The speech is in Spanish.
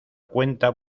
cuenta